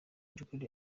by’ukuri